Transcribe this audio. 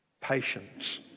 patience